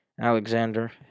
Alexander